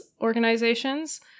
organizations